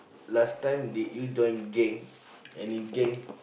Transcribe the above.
last time did you join gang any gang